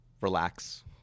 relax